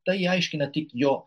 tai aiškina tik jo